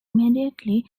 immediately